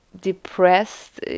depressed